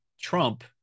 Trump